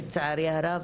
לצערי הרב,